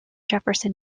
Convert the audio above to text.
jefferson